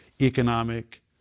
economic